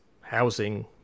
housing